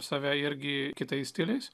save irgi kitais stiliais